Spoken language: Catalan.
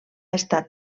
estat